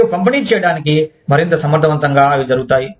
మరియు పంపిణీ చేయడానికి మరింత సమర్థవంతంగా అవి జరుగుతాయి